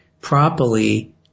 properly